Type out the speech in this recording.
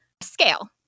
scale